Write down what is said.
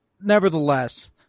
nevertheless